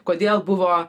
kodėl buvo